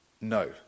No